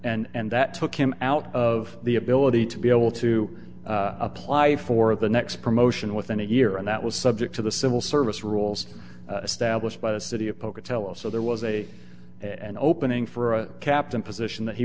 and that took him out of the ability to be able to apply for the next promotion within a year and that was subject to the civil service rules established by the city of pocatello so there was a an opening for a captain position that he